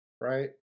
right